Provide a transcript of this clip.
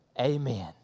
amen